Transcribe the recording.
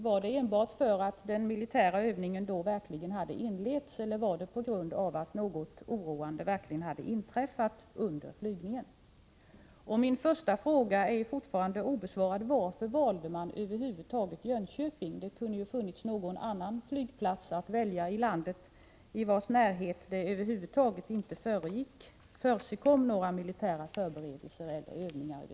Var det enbart därför att den militära övningen då verkligen hade inletts, eller var det på grund av att något oroande verkligen hade inträffat under den första flygningen? Min första fråga är fortfarande obesvarad. Jag frågade varför man över huvud taget valde Jönköping. Det kunde ju ha funnits någon annan flygplats att välja i landet, i vars närhet det över huvud taget inte förekom några militära förberedelser eller övningar.